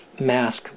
mask